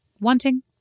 Wanting